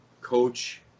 coach